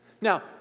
Now